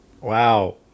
Wow